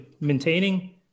maintaining